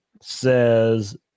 says